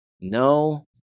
No